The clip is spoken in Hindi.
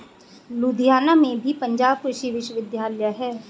लुधियाना में भी पंजाब कृषि विश्वविद्यालय है